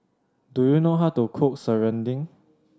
do you know how to cook serunding